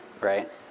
right